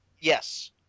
Yes